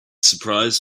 surprised